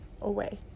away